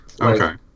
Okay